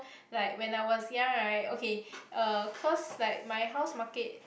like when I was young right okay uh cause like my house market